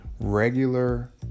regular